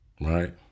Right